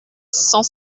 cent